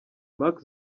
mark